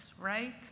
right